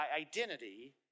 identity